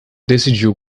decidiu